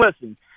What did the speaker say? listen